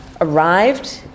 arrived